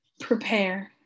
Prepare